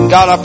God